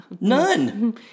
None